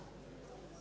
Hvala